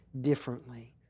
differently